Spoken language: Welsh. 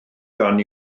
gan